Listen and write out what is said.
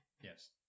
Yes